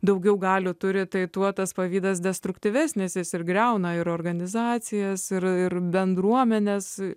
daugiau galių turi tai tuo tas pavydas destruktyvesnis jis ir griauna ir organizacijas ir bendruomenes